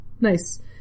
nice